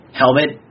helmet